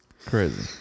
Crazy